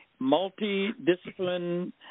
multidisciplinary